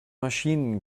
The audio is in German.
maschinen